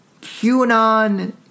QAnon